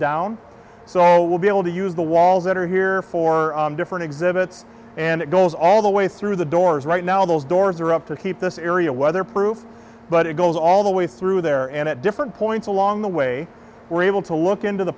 down so we'll be able to use the walls that are here for different exhibits and it goes all the way through the doors right now those doors are up to keep this area weatherproof but it goes all the way through there and at different points along the way we're able to look into the